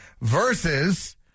Versus